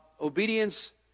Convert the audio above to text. obedience